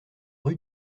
rue